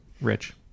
Rich